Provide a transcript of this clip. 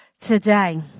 today